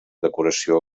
decoració